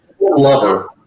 Lover